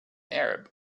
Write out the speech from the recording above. arab